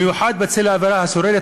במיוחד בצל האווירה השוררת,